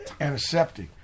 antiseptic